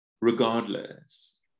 regardless